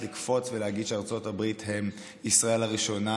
לקפוץ ולהגיד שארצות הברית זה ישראל הראשונה,